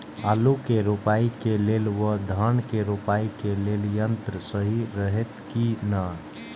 आलु के रोपाई के लेल व धान के रोपाई के लेल यन्त्र सहि रहैत कि ना?